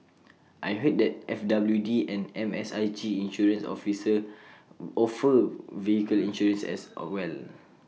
I heard that FWD and MSIG insurance offer vehicle insurance as well